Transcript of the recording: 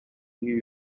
new